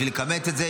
בשביל לכמת את זה.